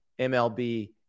MLB